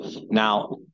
now